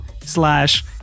slash